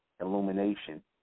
illumination